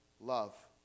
love